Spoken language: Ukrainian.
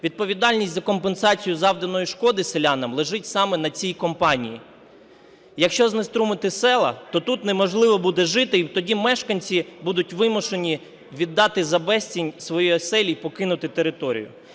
Відповідальність за компенсацію завданої шкоди селянам лежить саме на цій компанії. Якщо знеструмити село, то тут неможливо буде жити, і тоді мешканці будуть вимушені віддати за безцінь свої оселі і покинути територія.